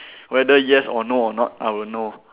whether yes or no or not I will know